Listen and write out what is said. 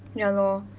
ya lor